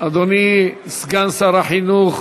אדוני סגן שר החינוך,